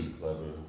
clever